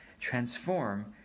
transform